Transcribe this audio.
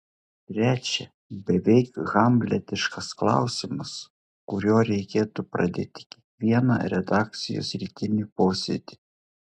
trečia beveik hamletiškas klausimas kuriuo reikėtų pradėti kiekvieną redakcijos rytinį posėdį